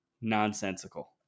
nonsensical